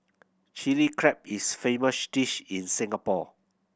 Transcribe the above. Chilli Crab is a famous dish in Singapore